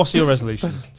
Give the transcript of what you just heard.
so your resolutions?